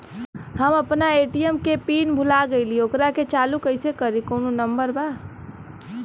हम अपना ए.टी.एम के पिन भूला गईली ओकरा के चालू कइसे करी कौनो नंबर बा?